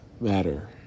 matter